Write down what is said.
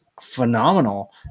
phenomenal